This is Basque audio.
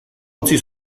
utzi